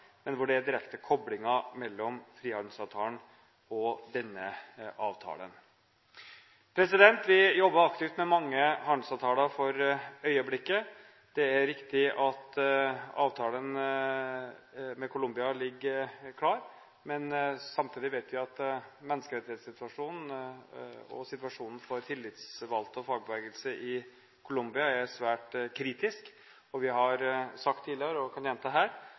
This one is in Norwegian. men hvor det er direkte koblinger mellom frihandelsavtalen og denne avtalen. Vi jobber aktivt med mange handelsavtaler for øyeblikket. Det er riktig at avtalen med Colombia ligger klar. Samtidig vet vi at menneskerettighetssituasjonen, og situasjonen for tillitsvalgte og fagbevegelse i Colombia, er svært kritisk. Vi har sagt tidligere – og jeg kan gjenta det her